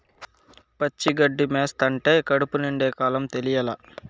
పచ్చి గడ్డి మేస్తంటే కడుపు నిండే కాలం తెలియలా